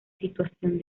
situación